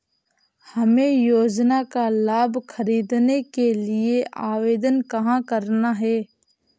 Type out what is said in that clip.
हमें योजना का लाभ ख़रीदने के लिए आवेदन कहाँ करना है?